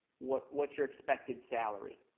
what's what's your expected salary?